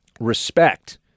respect